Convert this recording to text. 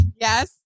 Yes